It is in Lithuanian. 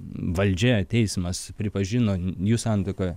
valdžia teismas pripažino jų santuoka